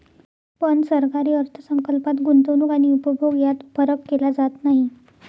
पण सरकारी अर्थ संकल्पात गुंतवणूक आणि उपभोग यात फरक केला जात नाही